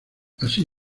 así